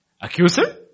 accuser